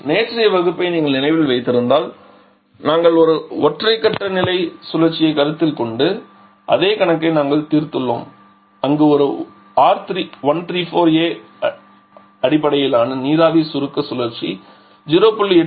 நேற்றைய வகுப்பை நீங்கள் நினைவில் வைத்திருந்தால் நாங்கள் ஒரு ஒற்றை நிலை சுழற்சியைக் கருதிக் கொண்டிருந்த அதே கணக்கை நாங்கள் தீர்த்துள்ளோம் அங்கு ஒரு R134a அடிப்படையிலான நீராவி சுருக்க சுழற்சி 0